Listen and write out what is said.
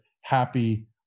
happy